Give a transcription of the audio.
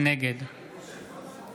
נגד